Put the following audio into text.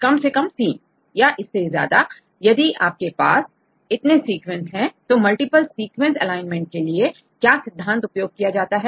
कम से कम ३ या इससे ज्यादा यदि आपके पास इतने सीक्वेंस है तो मल्टीपल सीक्वेंस एलाइनमेंट के लिए क्या सिद्धांत उपयोग किया जाता है